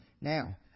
Now